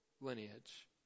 lineage